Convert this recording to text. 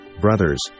brothers